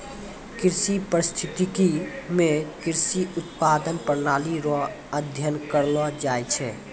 कृषि परिस्थितिकी मे कृषि उत्पादन प्रणाली रो अध्ययन करलो जाय छै